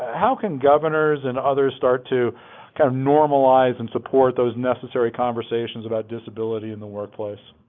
how can governors and others start to kind of normalize and support those necessary conversations about disability in the workplace?